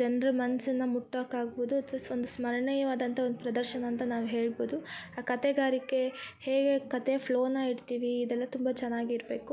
ಜನರ ಮನ್ಸನ್ನು ಮುಟ್ಟೋಕ್ಕಾಗ್ಬೋದು ಅಥವಾ ಒಂದು ಸ್ಮರಣೀಯವಾದಂಥ ಒಂದು ಪ್ರದರ್ಶನ ಅಂತ ನಾವು ಹೇಳ್ಬೋದು ಆ ಕತೆಗಾರಿಕೆ ಹೇಗೆ ಕತೆ ಫ್ಲೋನ ಇಡ್ತೀವಿ ಇದೆಲ್ಲ ತುಂಬ ಚೆನ್ನಾಗಿರ್ಬೇಕು